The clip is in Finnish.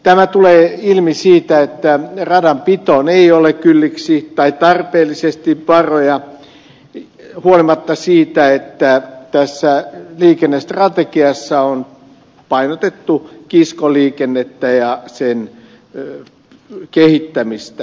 tämä tulee ilmi siitä että radanpitoon ei ole tarpeellisesti varoja huolimatta siitä että tässä liikennestrategiassa on painotettu kiskoliikennettä ja sen kehittämistä